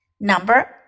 Number